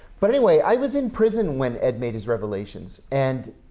but, anyway, i was in prison when ed made his revelations and